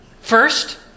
First